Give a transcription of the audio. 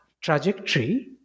trajectory